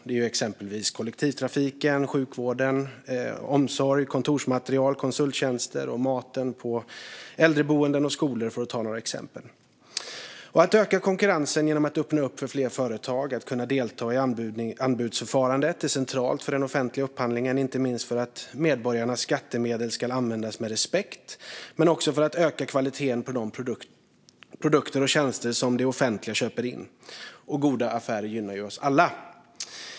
Det handlar om kollektivtrafik, sjukvård, omsorg, kontorsmaterial, konsulttjänster och mat på äldreboenden och skolor för att ta några få exempel. Att öka konkurrensen genom att öppna upp för fler företag att kunna delta i anbudsförfarandet är centralt för den offentliga upphandlingen, inte minst för att medborgarnas skattemedel ska användas med respekt men också för att öka kvaliteten på de produkter och tjänster som det offentliga köper in. Goda affärer gynnar ju oss alla.